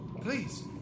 Please